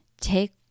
Take